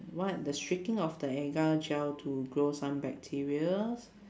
what the streaking of the agar gel to grow some bacterias